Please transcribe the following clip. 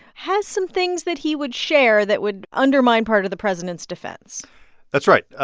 has some things that he would share that would undermine part of the president's defense that's right.